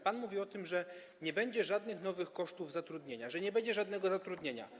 Pan mówił o tym, że nie będzie żadnych nowych kosztów zatrudnienia, że nie będzie żadnego zatrudnienia.